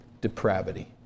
depravity